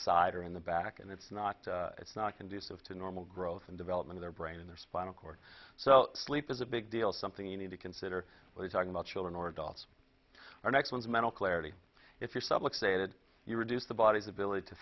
side or in the back and it's not it's not conducive to normal growth and development their brain and their spinal cord so sleep is a big deal something you need to consider when he's talking about children or adults or next one's mental clarity if your sub let's say did you reduce the body's ability to